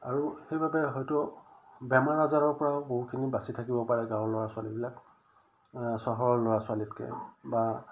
আৰু সেইবাবে হয়তো বেমাৰ আজাৰৰ পৰাও বহুখিনি বাচি থাকিব পাৰে গাঁৱৰ ল'ৰা ছোৱালীবিলাক চহৰৰ ল'ৰা ছোৱালীতকৈ বা